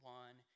one